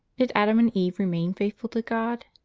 did adam and eve remain faithful to god?